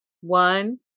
one